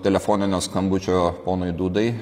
telefoninio skambučio ponui dūdai